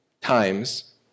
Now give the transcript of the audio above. times